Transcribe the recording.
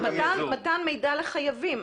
מתן מידע לחייבים.